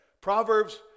Proverbs